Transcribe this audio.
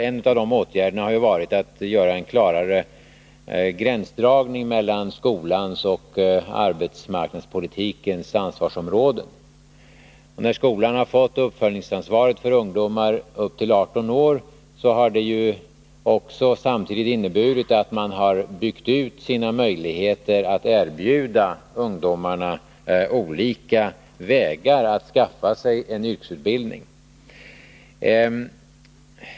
En av dessa åtgärder har varit att göra en klarare gränsdragning mellan skolans och arbetsmarknadspolitikens ansvarsområden. När skolan har fått uppföljningsansvaret för ungdomar upp till 18 år, har detta samtidigt inneburit att man har byggt ut möjligheterna att erbjuda ungdomarna olika vägar att skaffa sig en yrkesutbildning.